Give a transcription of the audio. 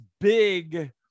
big